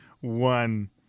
one